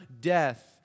death